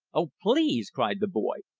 oh please! cried the boy,